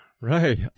Right